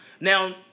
Now